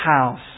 house